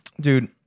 Dude